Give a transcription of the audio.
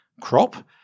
crop